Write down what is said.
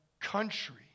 country